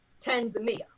Tanzania